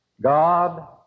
God